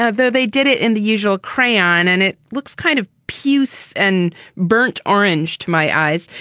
ah though they did it in the usual crayon and it looks kind of puce and burnt orange to my eyes.